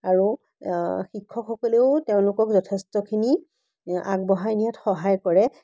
আৰু শিক্ষকসকলেও তেওঁলোকক যথেষ্টখিনি আগবঢ়াই নিয়াত সহায় কৰে